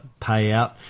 payout